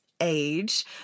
age